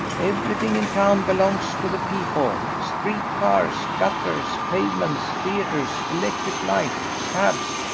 everything in town belongs to the people street cars, gutters, pavements, theatres, electric light, cabs,